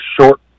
short